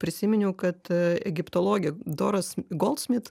prisiminiau kad egiptologė doras goldsmit